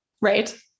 Right